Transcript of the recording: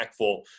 impactful